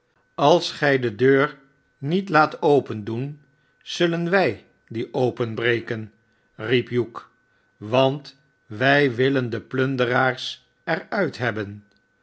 als gij de deur niet laat opendoen sullen wij die openbreken riep hugh swant wij willen de plunderaars er uit hebben